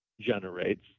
generates